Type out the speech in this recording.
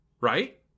Right